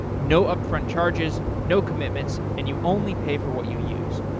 no upfront charges, no commitments and you only pay for what you use.